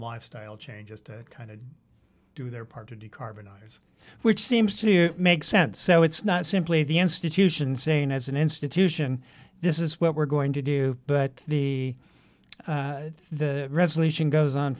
lifestyle changes to kind of do their part to decarbonise which seems to make sense so it's not simply the institution saying as an institution this is what we're going to do but the resolution goes on